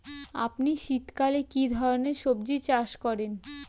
আপনি শীতকালে কী ধরনের সবজী চাষ করেন?